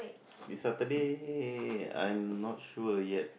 this Saturday I'm not sure yet